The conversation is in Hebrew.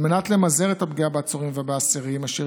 על מנת למזער את הפגיעה בעצורים ובאסירים אשר